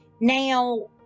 Now